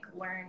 learn